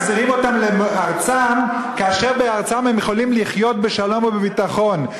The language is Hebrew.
מחזירים אותם לארצם כאשר בארצם הם יכולים לחיות בשלום ובביטחון.